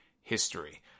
history